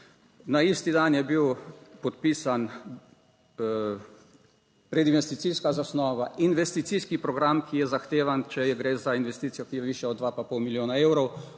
Na isti dan je bil podpisan, predinvesticijska zasnova, investicijski program, ki je zahtevan, če gre za investicijo, ki je višja od dva pa pol milijona evrov,